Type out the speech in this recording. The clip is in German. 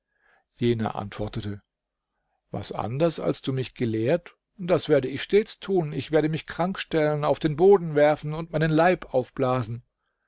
jener antwortete was anders als du mich gelehrt das werde ich stets tun ich werde mich krank stellen auf den boden werfen und meinen leib aufblasen